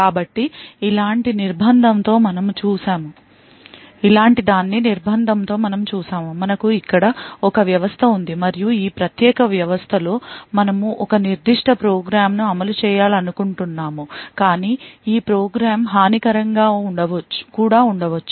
కాబట్టి ఇలాంటిదాన్ని నిర్బంధం తో మనము చూశాము మనకు ఇక్కడ ఒక వ్యవస్థ ఉంది మరియు ఈ ప్రత్యేక వ్యవస్థలో మనము ఒక నిర్దిష్ట ప్రోగ్రామ్ను అమలు చేయాలనుకుంటున్నాము కానీ ఈ ప్రోగ్రామ్ హానికరంగా కూడా ఉండవచ్చు